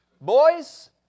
Boys